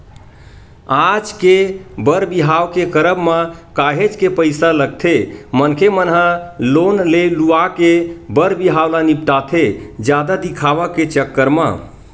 आज के बर बिहाव के करब म काहेच के पइसा लगथे मनखे मन ह लोन ले लुवा के बर बिहाव ल निपटाथे जादा दिखावा के चक्कर म